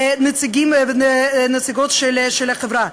נציגות של החברה.